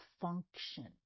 function